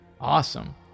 Awesome